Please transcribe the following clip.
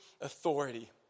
authority